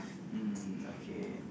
mm okay